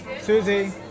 Susie